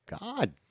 God